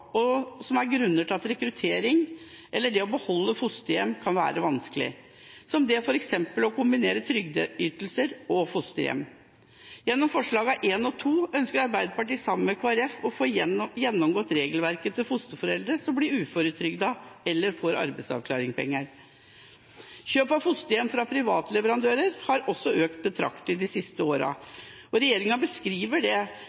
og som er grunner til at rekruttering eller det å beholde fosterhjem kan være vanskelig – som f.eks. det å kombinere trygdeytelser og fosterhjem. Gjennom forslagene nr. 1 og 2 ønsker Arbeiderpartiet sammen med Kristelig Folkeparti å få gjennomgått regelverket for fosterforeldre som blir uføretrygdet eller får arbeidsavklaringspenger. Kjøp av fosterhjem fra private leverandører har økt betraktelig de siste årene. Regjeringen beskriver at det